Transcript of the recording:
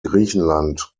griechenland